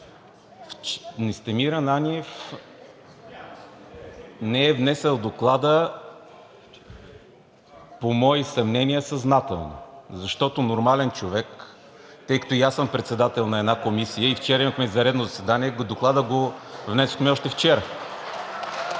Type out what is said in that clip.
Настимир Ананиев не е внесъл доклада, по мои съмнения, съзнателно, защото нормален човек… Тъй като и аз съм председател на една комисия и вчера имахме извънредно заседание, и докладът го внесохме още вчера.